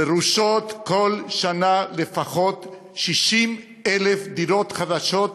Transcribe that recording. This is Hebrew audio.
דרושות בה כל שנה לפחות 60,000 דירות חדשות,